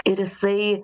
ir jisai